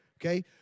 Okay